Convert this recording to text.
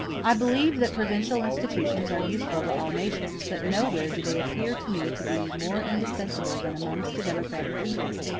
i believe that provincial institutions are useful to all nations, but nowhere do they appear to me to be more indispensable than amongst a democratic people.